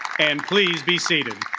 and please be seated